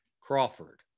Crawford